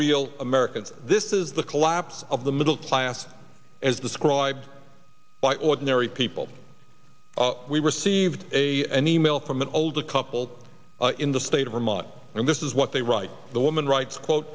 real americans this is the collapse of the middle class as described by ordinary people we received a an email from an older couple in the state of vermont and this is what they write the woman writes quote